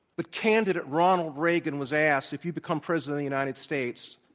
but candidate ronald reagan was asked, if you become president united states,